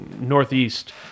Northeast